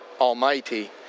Almighty